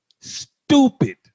Stupid